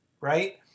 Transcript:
right